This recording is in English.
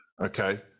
okay